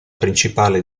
principale